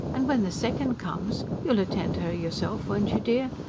and when the second comes. you'll attend her yourself, won't you, dear?